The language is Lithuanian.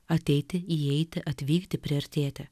ateiti įeiti atvykti priartėti